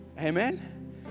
Amen